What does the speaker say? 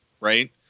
right